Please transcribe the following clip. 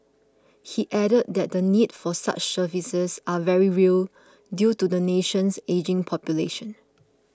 he added that the need for such services are very real due to the nation's ageing population